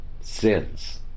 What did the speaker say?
sins